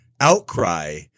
outcry